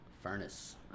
Furnace